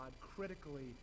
critically